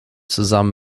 zusammen